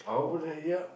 over there yup